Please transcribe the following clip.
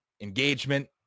engagement